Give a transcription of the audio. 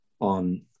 on